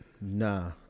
Nah